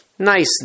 nice